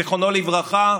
זיכרונו לברכה,